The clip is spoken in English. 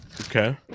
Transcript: Okay